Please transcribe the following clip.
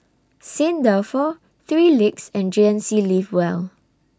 Saint Dalfour three Legs and G N C Live Well